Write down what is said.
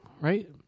right